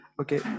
okay